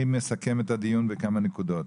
אני מסכם את הדיון בכמה נקודות.